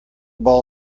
ball